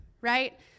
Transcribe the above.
right